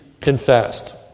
confessed